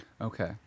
Okay